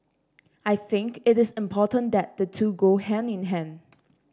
I think it is important that the two go hand in hand